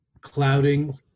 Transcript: clouding